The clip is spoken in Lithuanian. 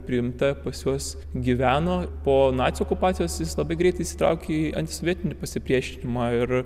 priimta pas juos gyveno po nacių okupacijos jis labai greitai įsitraukė į antisovietinį pasipriešinimą ir